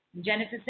Jennifer